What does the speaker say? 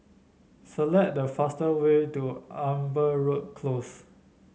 select the fastest way to Amberwood Close